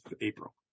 April